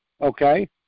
Okay